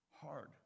Hard